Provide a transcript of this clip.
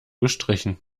gestrichen